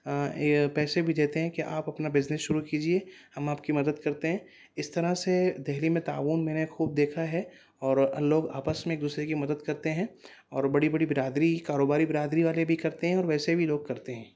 پیسے بھی دیتے ہیں کہ آپ اپنا بزنس شروع کیجیے ہم آپ کی مدد کرتے ہیں اس طرح سے دہلی میں تعاون میں نے خوب دیکھا ہے اور لوگ آپس میں ایک دوسرے کی مدد کرتے ہیں اور بڑی بڑی برادری کاروباری برادری والے بھی کرتے ہیں اور ویسے بھی لوگ کرتے ہیں